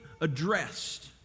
addressed